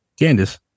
Candice